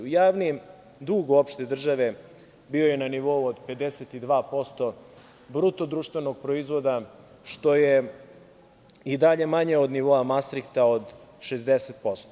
Javni dug opšte države bio je na nivou od 52% BDP-a, što je i dalje manje od nivoa Mastrihta od 60%